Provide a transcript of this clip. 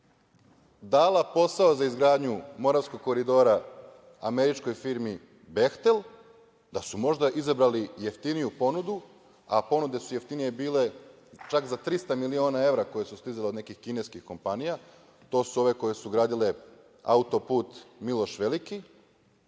dala posao za izgradnju Moravskog koridora američkoj firmi „Behtel“, da su možda izabrali jeftiniju ponudu, a ponude su jeftinije bile, čak za 300 miliona evra koje su stizale od nekih kineskih kompanija, to su ove koje su gradile auto-put „Miloš veliki“